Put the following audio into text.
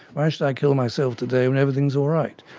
why should i kill myself today when everything is all right.